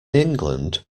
england